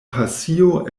pasio